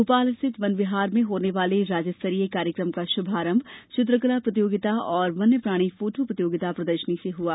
भोपाल स्थित वन विहार में होने वाले राज्य स्तरीय कार्यक्रम का शुभारंभ चित्रकला प्रतियोगिता और वन्य प्राणी फोटो प्रतियोगिता प्रदर्शनी से हुआ